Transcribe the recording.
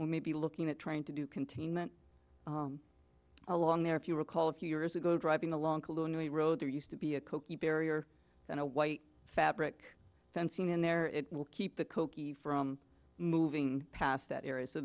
well may be looking at trying to do containment along there if you recall a few years ago driving along cluny road there used to be a cookie barrier and a white fabric fencing in there it will keep the kochi from moving past that area so